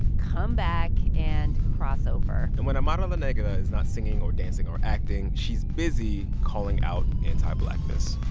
comeback and crossover and when amara la negra is not singing or dancing or acting, she's busy calling out anti-blackness